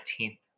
19th